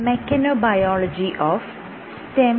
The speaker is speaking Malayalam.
നമസ്കാരം